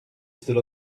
stood